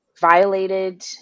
violated